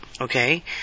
Okay